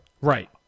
Right